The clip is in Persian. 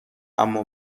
اما